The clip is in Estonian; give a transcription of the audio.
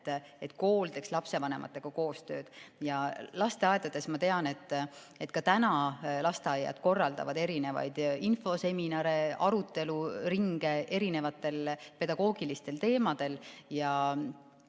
et kool teeks lapsevanematega koostööd. Ja ma tean, et ka täna lasteaiad korraldavad erinevaid infoseminare, aruteluringe erinevatel pedagoogilistel teemadel.